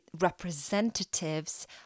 representatives